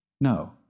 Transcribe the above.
No